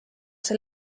see